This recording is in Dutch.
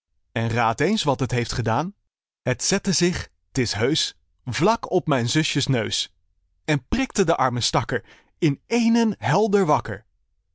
en raadt eens wat dat heeft gedaan het zette zich t is heusch vlak op mijn zusjes neus en prikte de arme stakker in eenen helder wakker